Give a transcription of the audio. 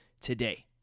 today